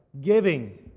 giving